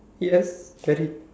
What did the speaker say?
yes very